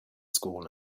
school